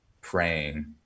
praying